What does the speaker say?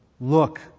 Look